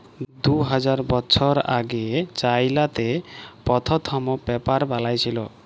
দু হাজার বসর আগে চাইলাতে পথ্থম পেপার বালাঁই ছিল